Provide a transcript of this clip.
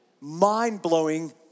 mind-blowing